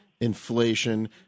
inflation